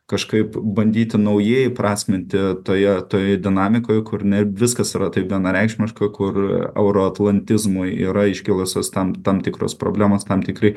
kažkaip bandyti naujai įprasminti toje toje dinamikoj kur ne viskas yra taip vienareikšmiška kur euro atlantizmui yra iškilusios tam tam tikros problemos tam tikri